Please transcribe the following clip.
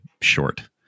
short